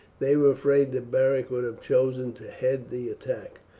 they were afraid that beric would have chosen to head the attack.